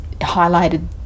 highlighted